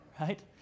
right